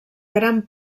gran